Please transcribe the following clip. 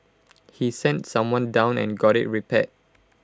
he sent someone down and got IT repaired